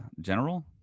general